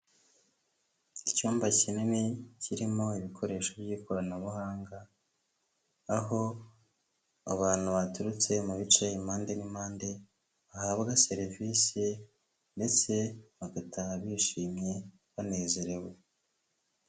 Icyumba kinini kirimo ibikoresho by'ikoranabuhanga, aho abantu baturutse mu bicaye impande n'impande, bahabwa serivisi ndetse bagataha bishimye banezerewe.